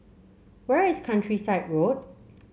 where is Countryside Road